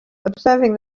observing